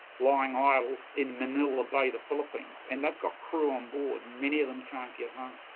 lying idle, in manila bay, the philippines. and they've got crew on board, many of them can't get home.